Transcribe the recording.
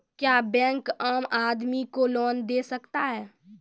क्या बैंक आम आदमी को लोन दे सकता हैं?